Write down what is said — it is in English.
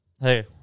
Hey